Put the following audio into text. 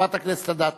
חברת הכנסת אדטו.